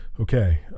Okay